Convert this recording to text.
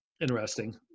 interesting